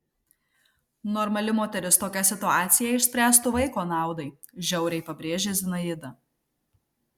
normali moteris tokią situaciją išspręstų vaiko naudai žiauriai pabrėžė zinaida